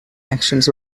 actions